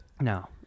No